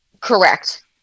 Correct